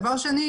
דבר שני,